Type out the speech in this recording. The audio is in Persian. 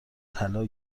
طلا